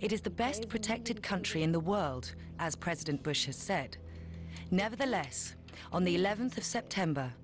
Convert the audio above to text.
it is the best protected country in the world as president bush has said nevertheless on the eleventh of september